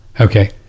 Okay